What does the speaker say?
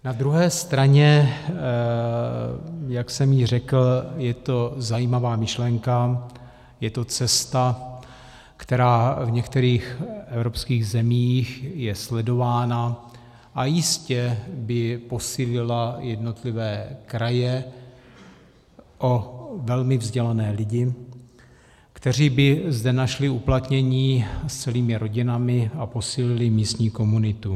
Na druhé straně, jak jsem již řekl, je to zajímavá myšlenka, je to cesta, která v některých evropských zemích je sledována a jistě by posílila jednotlivé kraje o velmi vzdělané lidi, kteří by zde našli uplatnění s celými rodinami a posílili místní komunitu.